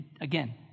again